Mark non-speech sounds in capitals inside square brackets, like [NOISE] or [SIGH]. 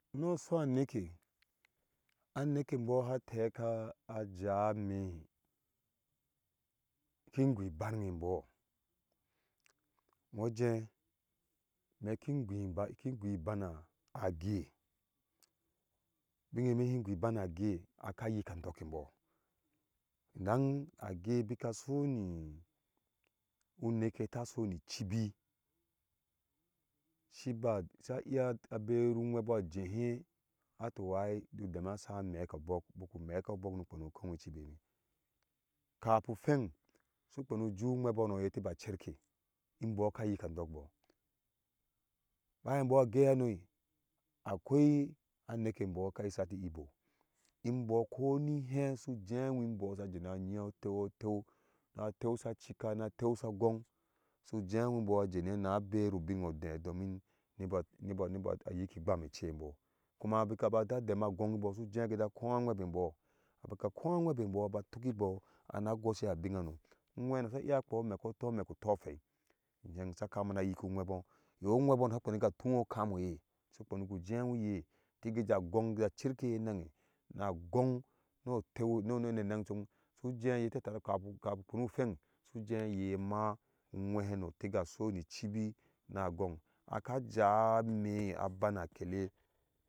Nosũ aneke nneke mbɔɔ teka a jãã iméé kin gwo iba enbo whojéé [UNINTELLIGIBLE] kin giu iban a give imbóó ka yik andok emboo [UNINTELLIGIBLE] uneke eye ta soni ichibi shiba sa iya a beru uwebo ajehi uwhebi atu u ai no dema asai a meka bok biku mek a bɔɔk no kwenu kohi ichibi kafi uwheng su kwem uju u webo hano teba cherke imbɔɔ kayik an dok bɔɔ bayan mbɔɔka yesa eli iku mbɔɔ sa jeba oteuotou a teu sa cika na teu sa gong su jewi embɔɔ jeni na beru ubino odie domin nibo nibo nibo a yik igwam echei embɔɔ kuma bika ba ta dema geong imbɔɔ hi suje gije kó a webembɔɔ bike ko a webembɔɔ baba tuk kibo ana goshihu abin hano uwhehawi sa iya kwei omek ko mek utowhei har ka kame na yuci uwhebɔɔ ye uwebɔɔ hano sika kwena ga tuho okam eye su kwenu gu jewo iye tiki ja gong no tu nena nan chom suje iye ta tara kafu kafu uwheng suje iye ma uwhehano tiga soni ivhibi na gong aka jáá ime a báná a kele